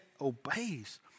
obeys